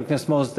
חבר הכנסת מוזס,